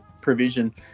provision